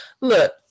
Look